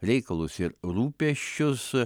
reikalus ir rūpesčius